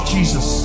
Jesus